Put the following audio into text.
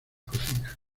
cocina